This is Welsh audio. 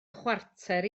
chwarter